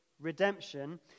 redemption